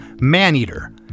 Maneater